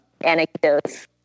anecdotes